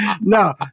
No